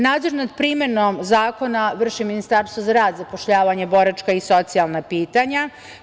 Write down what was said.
Nadzor nad primenom zakona vrši Ministarstvo za rad, zapošljavanje boračka i socijalna pitanja.